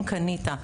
אם קנית,